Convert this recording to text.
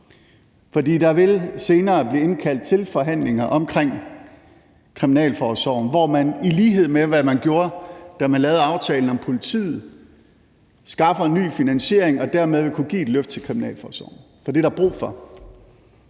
der vil senere blive indkaldt til forhandlinger omkring Kriminalforsorgen, hvor man i lighed med hvad man gjorde, da man lavede aftalen om politiet, skaffer en ny finansiering og dermed vil kunne give et løft til Kriminalforsorgen. For det er der brug for.